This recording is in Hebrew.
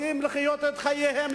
רוצים לחיות את חייהם,